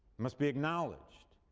must be acknowledged.